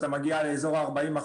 אתה מגיע לאזור 40%,